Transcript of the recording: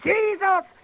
Jesus